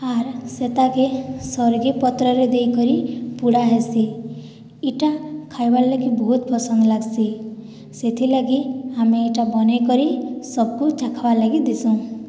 ଆର୍ ସେତାକେ ସର୍ଗି ପତ୍ରରେ ଦେଇକରି ପୁଡ଼ାହେସି ଇଟା ଖାଏବାର୍ ଲାଗି ବହୁତ୍ ପସନ୍ଦ୍ ଲାଗ୍ସି ସେଥିଲାଗି ଆମେ ଇଟା ବନେଇକରି ସବ୍କୁ ଚାଖ୍ବାଲାଗି ଦେସୁଁ